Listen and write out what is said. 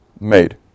made